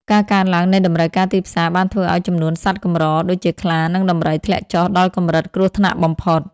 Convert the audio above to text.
ការកើនឡើងនៃតម្រូវការទីផ្សារបានធ្វើឱ្យចំនួនសត្វកម្រ ដូចជាខ្លា និងដំរី ធ្លាក់ចុះដល់កម្រិតគ្រោះថ្នាក់បំផុត។